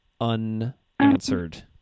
unanswered